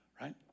right